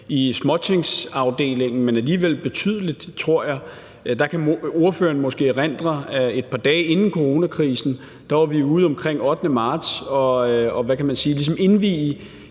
I småtingsafdelingen, men alligevel betydeligt, tror jeg, kan ordføreren måske erindre, at et par dage inden coronakrisen var vi omkring den 8. marts ude